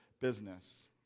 business